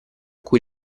cui